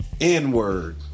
N-word